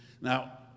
Now